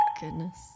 goodness